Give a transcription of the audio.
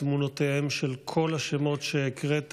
תמונותיהם של כל השמות שהקראת